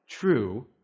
true